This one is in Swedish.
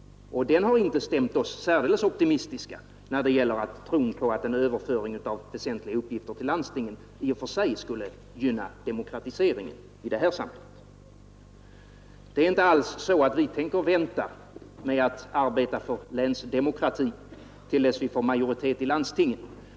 Och detta har inte stämt oss särdeles optimistiska inför tron på att en överföring av väsentliga uppgifter till landstingen i och för sig skulle gynna demokratiseringen i det här sammanhanget. Vi tänker inte alls vänta med att arbeta för länsdemokratin till dess vi får majoritet i landstingen.